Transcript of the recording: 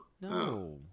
No